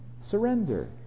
Surrender